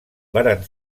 varen